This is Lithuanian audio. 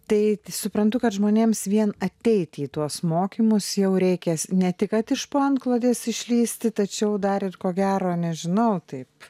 taip suprantu kad žmonėms vien ateiti į tuos mokymus jau reikia ne tik kad iš po antklodės išlįsti tačiau dar ir ko gero nežinau taip